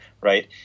Right